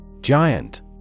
Giant